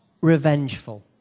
revengeful